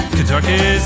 Kentucky